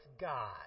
God